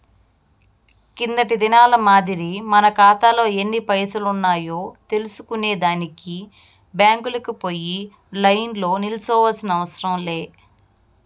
కిందటి దినాల మాదిరి మన కాతాలో ఎన్ని పైసలున్నాయో తెల్సుకునే దానికి బ్యాంకుకు పోయి లైన్లో నిల్సోనవసరం లే